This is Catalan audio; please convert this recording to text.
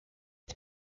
les